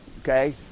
okay